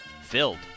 Filled